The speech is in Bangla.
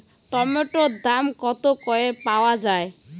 টমেটোর দাম কত করে পাওয়া যায়?